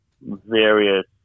various